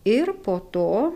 ir po to